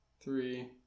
Three